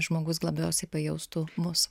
žmogus labiausiai pajaustų mus